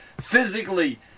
physically